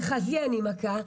על חזי אני מכה,